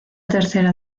tercera